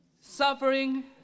suffering